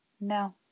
No